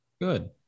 Good